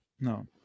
no